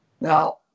Now